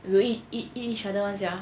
will eat eat eat each other [one] sia